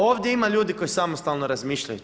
Ovdje ima ljudi koji samostalno razmišljaju.